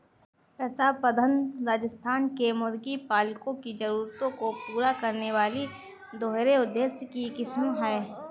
प्रतापधन राजस्थान के मुर्गी पालकों की जरूरतों को पूरा करने वाली दोहरे उद्देश्य की किस्म है